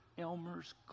Elmer's